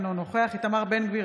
אינו נוכח איתמר בן גביר,